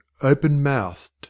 open-mouthed